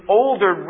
older